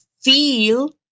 feel